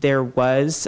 there was